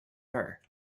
her